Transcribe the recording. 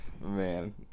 man